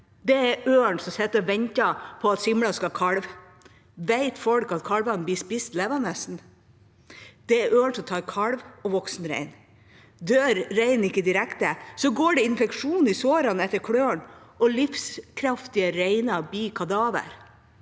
av ørn som sitter og venter på at simla skal kalve. Vet folk at kalver blir spist levende? Det er ørn som tar kalv og voksen rein. Dør reinen ikke direkte, går det infeksjon i sårene etter klørne, og livskraftige reiner blir kadaver.